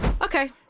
Okay